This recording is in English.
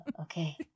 Okay